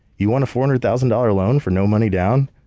you want a four hundred thousand dollars loan for no money down?